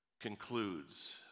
concludes